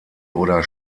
oder